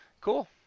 Cool